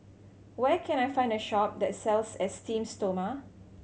where can I find a shop that sells Esteem Stoma